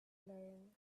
learn